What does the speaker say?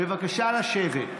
בבקשה לשבת.